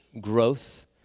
growth